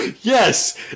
Yes